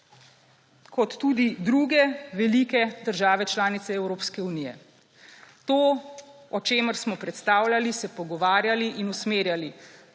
kot tudi druge velike države članice Evropske unije. To, o čemer smo predstavljali, se pogovarjali in usmerjali